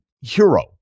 hero